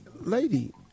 Lady